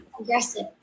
aggressive